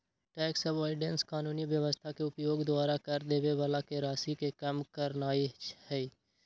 tax avoidance कानूनी व्यवस्था के उपयोग द्वारा कर देबे बला के राशि के कम करनाइ हइ